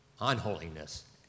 unholiness